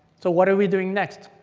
so what are we doing next?